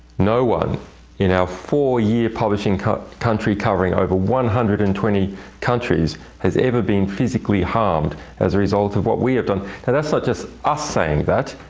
no one in our four year publishing country covering over one hundred and twenty countries has ever been physically harmed as a result of what we have done. and that's not just us saying that.